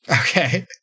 Okay